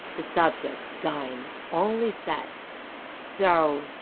the subject, dying, only said so,